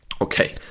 Okay